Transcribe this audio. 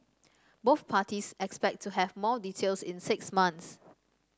both parties expect to have more details in six months